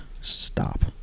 stop